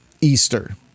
Easter